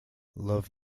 love